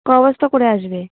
ক বস্তা করে আসবে